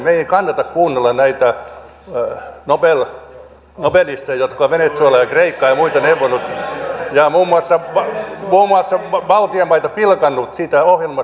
meidän ei kannata kuunnella näitä nobelisteja jotka ovat venezuelaa ja kreikkaa ja muita neuvoneet ja muun muassa baltian maita pilkanneet siitä ohjelmasta millä ne nousivat erittäin hienosti